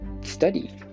study